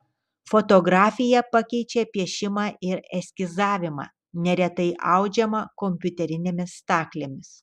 fotografija pakeičia piešimą ir eskizavimą neretai audžiama kompiuterinėmis staklėmis